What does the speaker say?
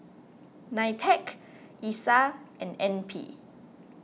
Nitec Isa and N P